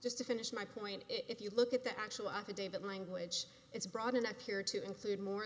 just to finish my point if you look at the actual affidavit language it's broadened appear to include more